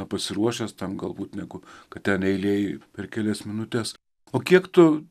pasiruošęs tam galbūt negu kad ten eilėj per kelias minutes o kiek tu